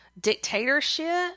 dictatorship